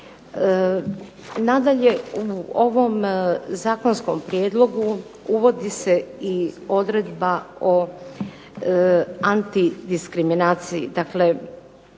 Nadalje, u ovom zakonskom prijedlogu uvodi se i odredba o antidiskriminaciji,